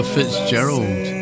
Fitzgerald